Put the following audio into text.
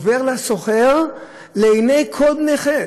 עובר לסוחר, לעיני כל בני חת.